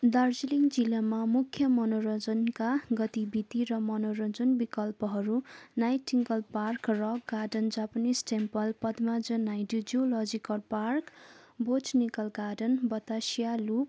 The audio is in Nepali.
दार्जिलिङ जिल्लामा मुख्य मनोरञ्जनका गतिविधि र मनोरञ्जन बिकल्पहरू Nightingale park rock garden Japanese temple Padmaja Naidu zoological park botanical garden Batasia loop